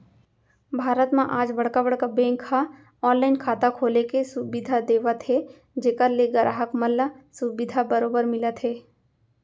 भारत म आज बड़का बड़का बेंक ह ऑनलाइन खाता खोले के सुबिधा देवत हे जेखर ले गराहक मन ल सुबिधा बरोबर मिलत हे